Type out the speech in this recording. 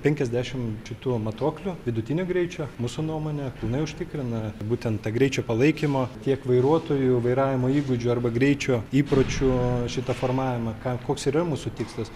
penkiasdešimt šitų matuoklių vidutinio greičio mūsų nuomone pilnai užtikrina būtent tą greičio palaikymą tiek vairuotojų vairavimo įgūdžių arba greičio įpročių šitą formavimą ką koks ir yra mūsų tikslas